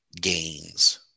gains